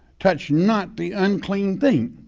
touch not the unclean thing